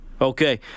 Okay